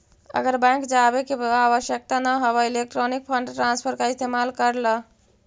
आर bank जावे के आवश्यकता न हवअ इलेक्ट्रॉनिक फंड ट्रांसफर का इस्तेमाल कर लअ